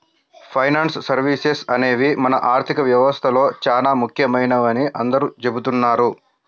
finance services అనేవి మన ఆర్థిక వ్యవస్థలో చానా ముఖ్యమైనవని అందరూ చెబుతున్నారు